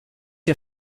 ihr